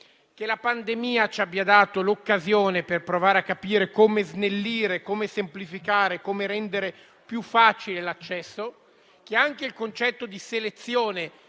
che la pandemia ci abbia dato l'occasione per provare a capire come snellire, come semplificare e come rendere più facile l'accesso. Io non amo molto il concetto di selezione,